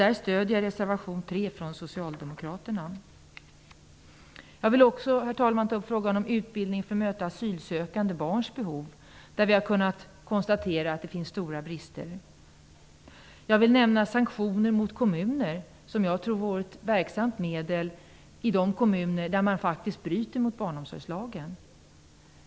Jag stöder på den punkten reservation Jag vill också, herr talman, ta upp frågan om utbildning för att möta asylsökande barns behov. Vi har kunnat konstatera att det finns stora brister i det sammanhanget. Jag vill nämna förslaget att det skulle vara möjligt att genomföra sanktioner mot kommuner. Jag tror att det vore ett verksamt medel mot de kommuner där man faktiskt bryter mot barnomsorgslagen.